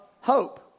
hope